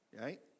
Right